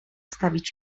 stawić